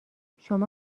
شما